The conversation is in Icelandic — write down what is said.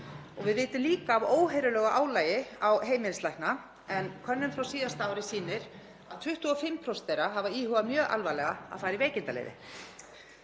Við vitum líka af óheyrilegu álagi á heimilislækna en könnun frá síðasta ári sýnir að 25% þeirra hafa íhugað mjög alvarlega að fara í veikindaleyfi.